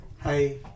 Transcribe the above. Hi